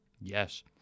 Yes